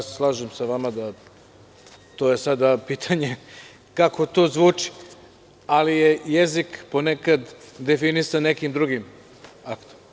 Slažem se sa vama da je to sada pitanje kako to zvuči, ali je jezik ponekad definisan nekim drugim aktom.